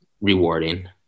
rewarding